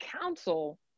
council